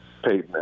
Peyton